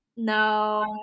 No